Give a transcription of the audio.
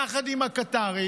יחד עם הקטרים,